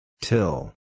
Till